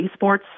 esports